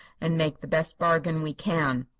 and make the best bargain we can.